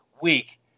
week